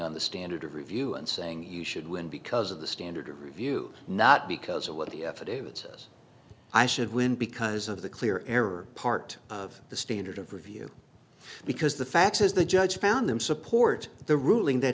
on the standard of review and saying you should win because of the standard of review not because of what the affidavit says i should win because of the clear error part of the standard of review because the facts as the judge found them support the ruling that